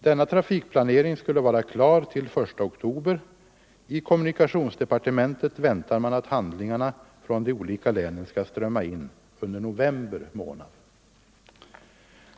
Denna trafikplanering skulle vara klar till I oktober. I kommunikationsdepartementet väntar man att handlingarna från de olika länen skall strömma in under november månad.